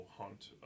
hunt